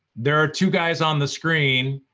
there are two guys on the screen,